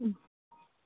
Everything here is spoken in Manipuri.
ꯎꯝ